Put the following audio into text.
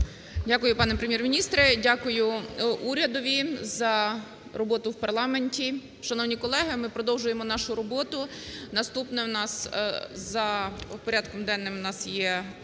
Дякую, пане Прем'єр-міністре. Дякую урядові за роботу в парламенті. Шановні колеги, ми продовжуємо нашу роботу. Наступне у нас за порядком денним у